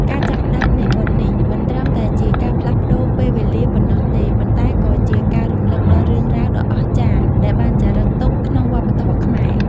ការចាប់ផ្តើមនៃបុណ្យនេះ មិនត្រឹមតែជាការផ្លាស់ប្តូរពេលវេលាប៉ុណ្ណោះទេ ប៉ុន្តែក៏ជាការរំលឹកដល់រឿងរ៉ាវដ៏អស្ចារ្យដែលបានចារឹកទុកក្នុងវប្បធម៌ខ្មែរ។